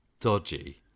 dodgy